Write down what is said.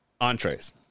entrees